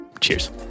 Cheers